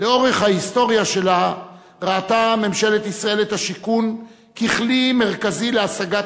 "לאורך ההיסטוריה שלה ראתה ממשלת ישראל את השיכון ככלי מרכזי להשגת